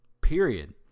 period